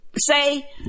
say